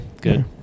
good